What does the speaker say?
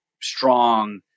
strong